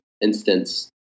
instance